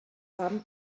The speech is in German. haben